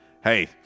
hey